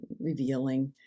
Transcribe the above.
revealing